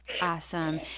Awesome